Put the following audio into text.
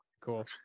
cool